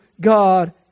God